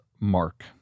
Mark